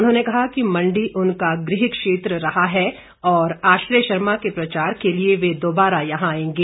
उन्होंने कहा कि मंडी उनका गृह क्षेत्र रहा है और आश्रय शर्मा के प्रचार के लिए वे दोबारा यहां आएंगे